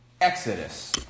Exodus